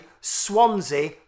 Swansea